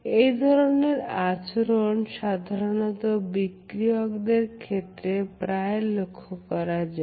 এই ধরনের আচরণ সাধারণত বিক্রিয়কের ক্ষেত্রে প্রায় লক্ষ্য করা যায়